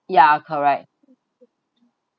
ya correct